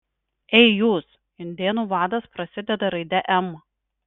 ei jūs indėnų vadas prasideda raide m